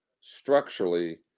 structurally